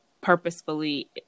purposefully